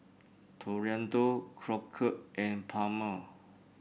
Toriano Crockett and Palmer